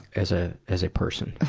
as a, as a person?